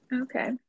Okay